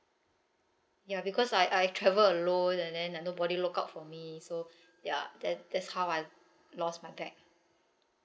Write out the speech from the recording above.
ya because I I travel alone and then uh nobody look out for me so ya that that's how I lost my bag